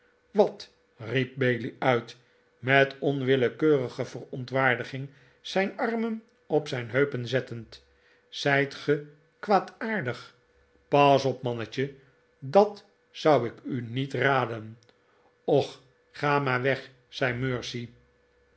wat riep bailey uit met onwillekeurige verontwaardiging zijn armen op zijn heupen zettend zijt ge kwaadaardig pas op mannetje dat zou ik u niet raden och ga maar weg zei mercy